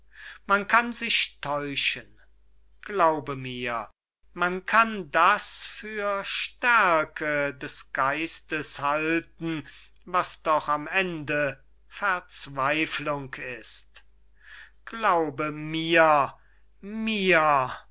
man kann sich täuschen glaube mir man kann das für stärke des geistes halten was doch am ende verzweiflung ist glaube mir mir